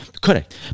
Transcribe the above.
Correct